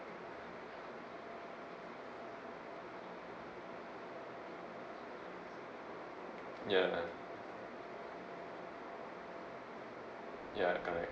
ya ya correct